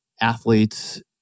athletes